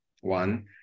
one